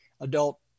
adult